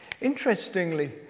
interestingly